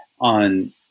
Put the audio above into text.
on